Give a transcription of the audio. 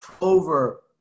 over